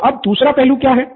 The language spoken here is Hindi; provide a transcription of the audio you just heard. तो अब दूसरा पहलू क्या है